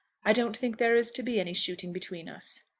i don't think there is to be any shooting between us.